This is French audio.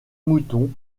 mouton